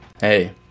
Hey